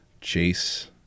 Chase